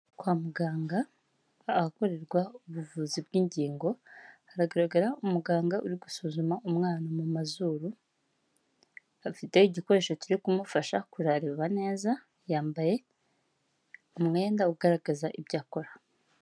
Kwa muganga ahakorerwa ubuvuzi bw'ingingo, haragaragara umuganga uri gusuzuma umwana mu mazuru, afite igikoresho kiri kumufasha kuhareba neza ,yambaye umwenda ugaragaza ibyo akora.